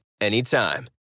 anytime